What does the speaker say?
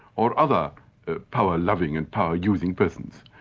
or other power-loving and power-using persons.